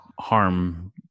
harm